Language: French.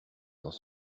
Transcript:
dans